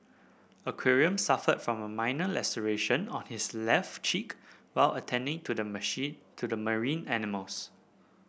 aquarium suffered from a minor laceration on his left cheek while attending to the machine to the marine animals